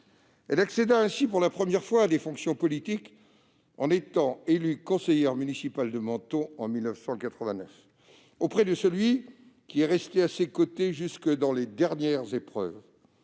Elle accéda ainsi pour la première fois à des fonctions politiques en étant élue conseillère municipale de Menton en 1989, auprès de celui qui est resté à ses côtés jusque dans les dernières épreuves.